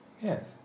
Yes